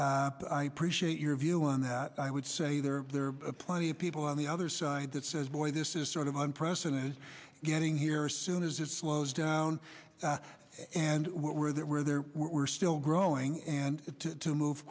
again your view on that i would say there are plenty of people on the other side that says boy this is sort of unprecedented getting here as soon as it slows down and where that where there were still growing and to move